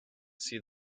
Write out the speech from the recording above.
see